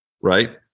right